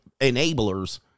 enablers